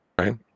right